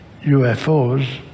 UFOs